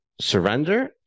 surrender